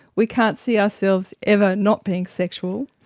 we can't see ourselves ever not being sexual,